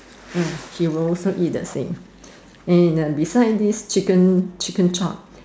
he will also eat the same and beside this chicken chicken chop